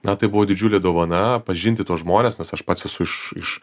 na tai buvo didžiulė dovana pažinti tuos žmones nes aš pats esu iš iš